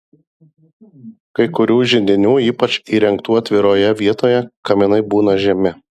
kai kurių židinių ypač įrengtų atviroje vietoje kaminai būna žemi